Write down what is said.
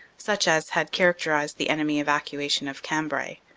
such as had character ized the enemy evacuation of cambrai.